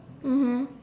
mmhmm